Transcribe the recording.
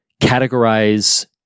categorize